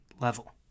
level